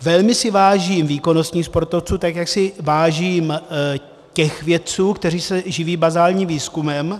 Velmi si vážím výkonnostních sportovců, tak jak si vážím těch vědců, kteří se živí bazálním výzkumem.